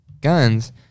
guns